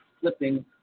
flipping